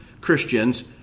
Christians